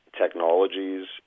technologies